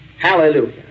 Hallelujah